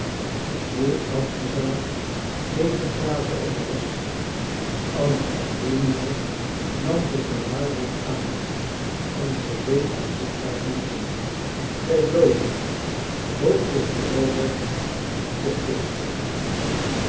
hoe afgezaagd deze phrase ook was anna karenina nam ze voor waarheid aan en ze deed haar zichtbaar genoegen zij bloosde boog zich voorover en liet zich kussen